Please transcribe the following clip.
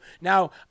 Now